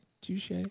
Touche